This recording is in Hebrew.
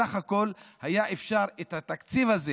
בסך הכול היה אפשר לחלק את התקציב הזה